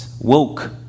Woke